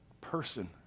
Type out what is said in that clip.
person